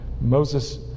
Moses